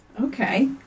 Okay